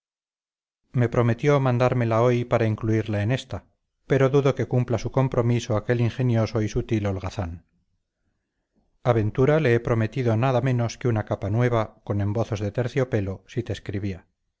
me prometió mandármela hoy para incluirla en esta pero dudo que cumpla su compromiso aquel ingenioso y sutil holgazán a ventura le he prometido nada menos que una capa nueva con embozos de terciopelo si te escribía